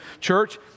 church